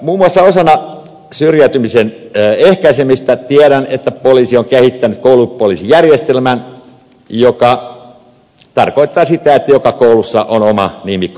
muun muassa osana syrjäytymisen ehkäisemistä tiedän että poliisi on kehittänyt koulupoliisijärjestelmän joka tarkoittaa sitä että joka koulussa on oma nimikkopoliisi